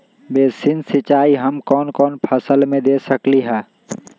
Basin सिंचाई हम कौन कौन फसल में दे सकली हां?